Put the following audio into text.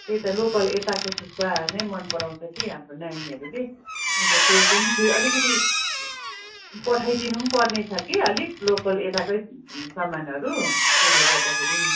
त्यही त लोकल यताको थुक्पा नै मनपराउँछ कि हाम्रो नानीहरूले अन्त त्यही पनि फेरि अलिकति पठाइदिनु पनि पर्नेछ कि अलिक लोकल यताकै सामानहरू त्यसले गर्दाखेरि नि